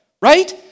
right